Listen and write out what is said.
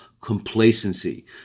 complacency